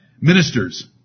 ministers